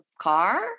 car